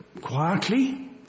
quietly